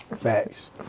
Facts